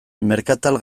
merkatal